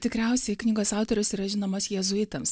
tikriausiai knygos autorius yra žinomas jėzuitams